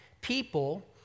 people